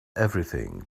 everything